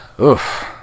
oof